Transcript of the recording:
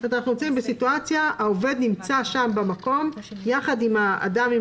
זו סיטואציה שהעובד נמצא במקום ביחד עם האדם עם